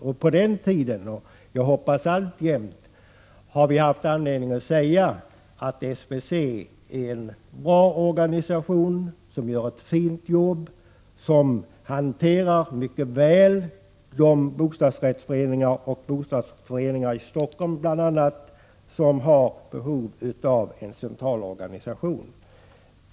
Under den tiden — och jag hoppas att det alltjämt är så — har vi haft anledning att säga att SBC är en bra organisation som gör ett fint jobb och som mycket väl hanterar de bostadsrättsföreningar i bl.a. Stockholm som har behov av en centralorganisation.